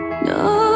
No